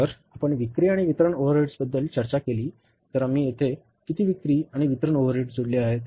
तर जर आपण विक्री आणि वितरण ओव्हरहेडबद्दल चर्चा केली तर आम्ही येथे किती विक्री आणि वितरण ओव्हरहेड जोडले आहेत